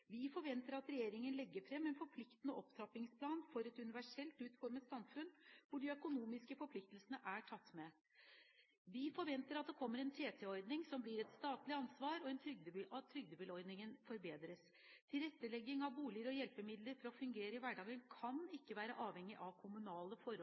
Vi forventer at regjeringen legger fram en forpliktende opptrappingsplan for et universelt utformet samfunn hvor de økonomiske forpliktelsene er tatt med. Vi forventer at det kommer en TT-ordning som blir et statlig ansvar, og at trygdebilordningen forbedres. Tilrettelegging av boliger og hjelpemidler for å fungere i hverdagen kan ikke være avhengig av kommunale forhold